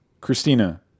Christina